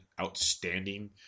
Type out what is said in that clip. Outstanding